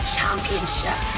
Championship